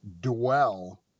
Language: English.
dwell